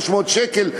300 שקל,